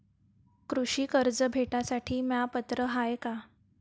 कृषी कर्ज भेटासाठी म्या पात्र हाय का?